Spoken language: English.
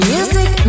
Music